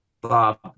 Bob